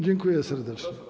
Dziękuję serdecznie.